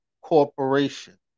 Corporation